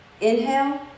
Inhale